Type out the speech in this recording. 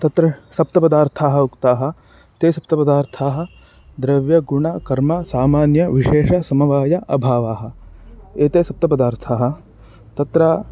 तत्र सप्त पदार्थाः उक्ताः ते सप्त पदार्थाः द्रव्यगुणकर्मसामान्यविशेषसमवाय अभावाः एते सप्तपदार्थाः तत्र